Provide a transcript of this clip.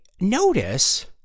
notice